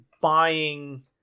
buying